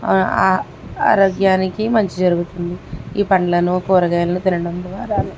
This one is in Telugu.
ఆరోగ్యానికి మంచి జరుగుతుంది ఈ పండ్లను కూరగాయలు తినడం ద్వారా